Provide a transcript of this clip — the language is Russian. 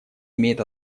имеет